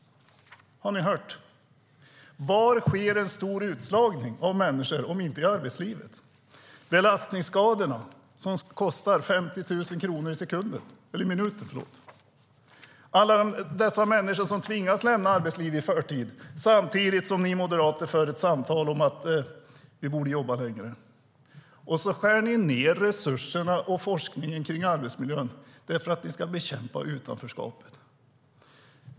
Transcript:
Har ni hört? Var sker det en stor utslagning av människor om inte i arbetslivet? Belastningsskadorna kostar 50 000 kronor i minuten. Alla dessa människor tvingas lämna arbetslivet i förtid samtidigt som ni moderater för ett samtal om att vi borde jobba längre. Dessutom skär ni ned på resurserna till arbetsmiljön och på forskningen kring arbetsmiljön därför att ni ska bekämpa utanförskapet.